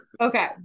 okay